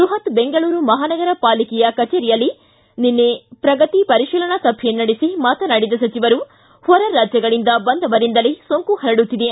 ಬೃಹತ್ ದೆಂಗಳೂರು ಮಹಾನಗರ ಪಾಲಿಕೆ ಕಚೇರಿಯ ಸಭಾಂಗಣದಲ್ಲಿ ನಿನ್ನೆ ಶ್ರಗತಿ ಪರಿಶೀಲನಾ ಸಭೆ ನಡೆಸಿ ಮಾತನಾಡಿದ ಸಚಿವರು ಹೊರ ರಾಜ್ಯಗಳಿಂದ ಬಂದವರಿಂದಲೇ ಸೋಂಕು ಪರಡುತ್ತಿದೆ